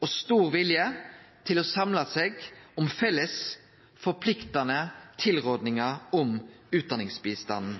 og stor vilje til å samle seg om felles forpliktande tilrådingar om utdanningsbistanden.